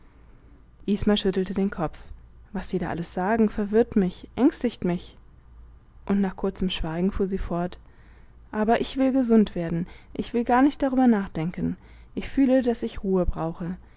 isma schüttelte den kopf was sie da alles sagen verwirrt mich ängstigt mich und nach kurzem schweigen fuhr sie fort aber ich will gesund sein ich will gar nicht darüber nachdenken ich fühle daß ich ruhe brauche